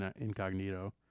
incognito